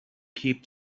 keep